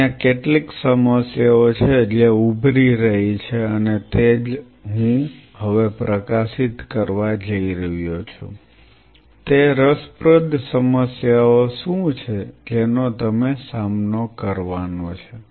ત્યાં કેટલીક સમસ્યાઓ છે જે ઉભરી રહી છે અને તે જ હું હવે પ્રકાશિત કરવા જઈ રહ્યો છું તે રસપ્રદ સમસ્યાઓ શું છે જેનો તમે સામનો કરવાના છો